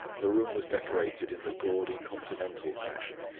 the room was decorated in the gaudy continental fashion,